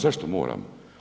Zašto moramo?